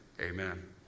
Amen